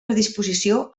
predisposició